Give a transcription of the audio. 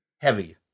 heavy